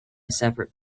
separate